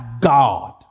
God